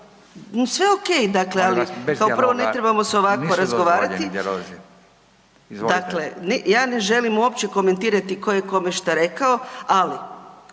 ali kao prvo ne trebamo se ovako razgovarati. Dakle ja ne želim uopće komentirati tko je kome šta rekao, ali